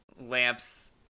Lamps